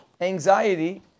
anxiety